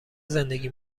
زندگی